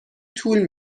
طول